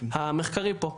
המחקרי פה.